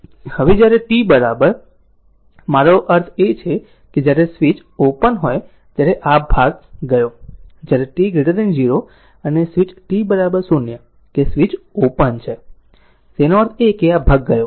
હવે જ્યારે t મારો અર્થ એ છે કે જ્યારે સ્વીચ ઓપન હોય ત્યારે આ ભાગ ગયો જ્યારે t 0 અને સ્વીચ t 0 કે સ્વીચ ઓપન છે તેનો અર્થ એ કે આ ભાગ ગયો